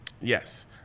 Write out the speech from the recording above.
Yes